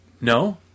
No